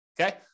Okay